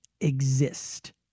exist